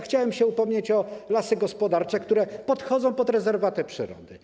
Chciałem się upomnieć o lasy gospodarcze, które podchodzą pod rezerwaty przyrody.